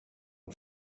und